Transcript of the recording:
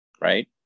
Right